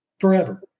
forever